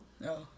No